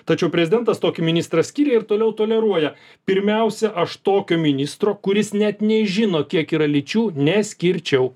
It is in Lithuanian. tačiau prezidentas tokį ministrą skyrė ir toliau toleruoja pirmiausia aš tokio ministro kuris net nežino kiek yra lyčių neskirčiau